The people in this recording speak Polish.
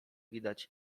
widać